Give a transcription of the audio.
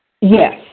Yes